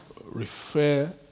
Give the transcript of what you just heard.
refer